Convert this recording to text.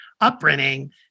upbringing